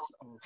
of-